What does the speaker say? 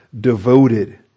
Devoted